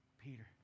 Peter